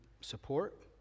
support